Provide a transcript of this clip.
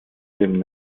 dem